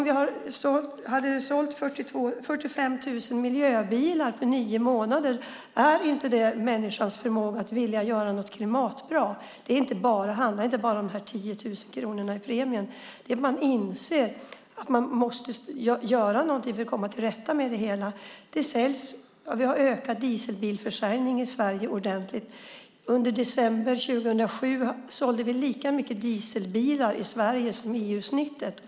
Vi har sålt 45 000 miljöbilar på nio månader. Visar inte det på människans förmåga att vilja göra något klimatbra? Det handlar inte bara om de 10 000 kronorna i premie. Man inser att man måste göra något för att komma till rätta med det hela. Vi har ökat dieselbilsförsäljningen i Sverige ordentligt. Under december 2007 sålde vi lika många dieselbilar i Sverige som EU-snittet.